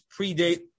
predate